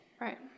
Right